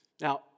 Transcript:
Now